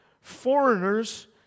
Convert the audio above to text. foreigners